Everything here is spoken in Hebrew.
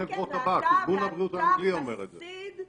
ואתה חסיד,